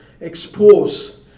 expose